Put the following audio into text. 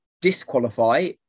disqualify